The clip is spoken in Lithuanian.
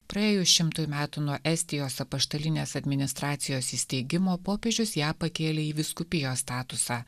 praėjus šimtui metų nuo estijos apaštalinės administracijos įsteigimo popiežius ją pakėlė į vyskupijos statusą